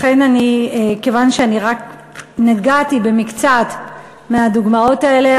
כיוון שאני רק נגעתי במקצת הדוגמאות האלה,